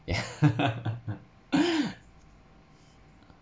yeah